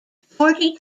forty